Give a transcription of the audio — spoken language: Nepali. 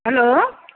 हेलो